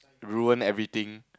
ruin everything